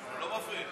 הוא לא מפריע.